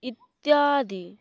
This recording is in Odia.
ଇତ୍ୟାଦି